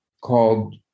called